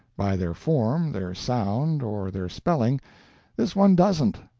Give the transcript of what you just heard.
by their form, their sound, or their spelling this one doesn't,